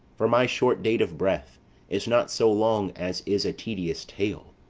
for my short date of breath is not so long as is a tedious tale.